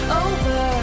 over